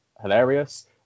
hilarious